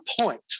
point